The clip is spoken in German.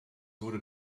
wurde